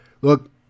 Look